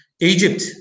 Egypt